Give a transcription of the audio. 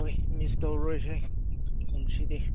ꯍꯣꯏ ꯃꯤꯁ ꯇꯧꯔꯔꯣꯏꯁꯦ ꯀꯨꯝꯁꯤꯗꯤ